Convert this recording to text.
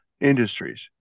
industries